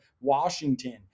Washington